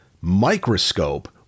microscope